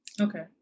Okay